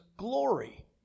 glory